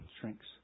shrinks